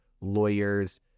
lawyers